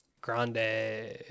Grande